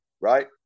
right